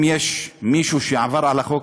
אם יש מישהו שעבר על החוק,